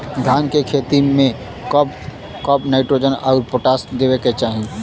धान के खेती मे कब कब नाइट्रोजन अउर पोटाश देवे के चाही?